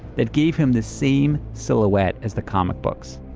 that gave him the same silhouette as the comic books.